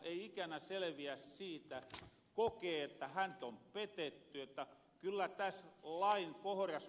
ei ikänä seleviä siitä kokee että häntä on petetty